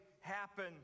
happen